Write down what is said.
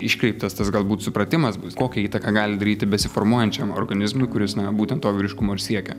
iškreiptas tas galbūt supratimas bus kokią įtaką gali daryti besiformuojančiam organizmui kuris na būtent to vyriškumo ir siekia